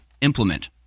implement